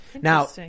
Now